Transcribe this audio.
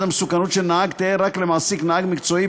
המסוכנות של נהג תהא רק למעסיק נהג מקצועי,